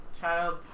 Child